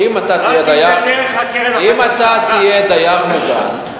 רק אם זה דרך הקרן החדשה.